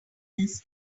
this